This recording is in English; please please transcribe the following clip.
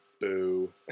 boo